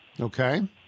Okay